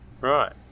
Right